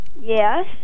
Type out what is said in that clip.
Yes